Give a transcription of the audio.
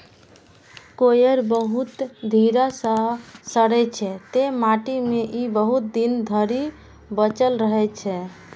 coir बहुत धीरे सं सड़ै छै, तें माटि मे ई बहुत दिन धरि बचल रहै छै